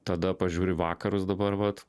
tada pažiūri į vakarus dabar vat